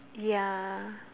ya